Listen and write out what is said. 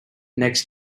next